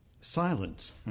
Silence